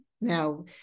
Now